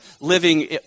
living